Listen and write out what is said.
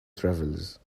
travels